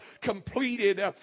completed